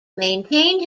maintained